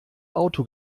auto